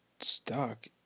stuck